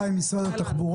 אני הולך עם משרד התחבורה,